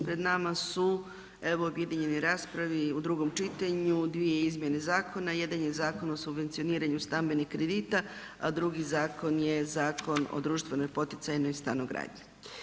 Pred nama su evo u objedinjenoj raspravi u drugom čitanju dvije izmjene zakona jedan je Zakon o subvencioniranju stambenih kredita a drugi zakon je Zakon o društveno poticajnoj stanogradnji.